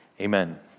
amen